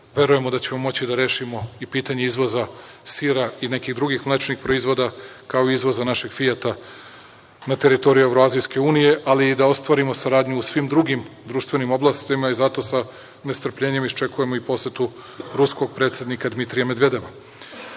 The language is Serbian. Verujemo da ćemo moći da rešimo i pitanje izvoza sira i nekih drugih mlečnih proizvoda, kao i izvoz našeg „Fijata“ na teritoriju Evroazijske unije, ali i da ostvarimo saradnju u svim drugim društvenim oblastima i zato sa nestrpljenjem očekujemo i posetu ruskog predsednika Dmitrija Medvedeva.